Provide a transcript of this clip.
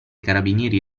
carabinieri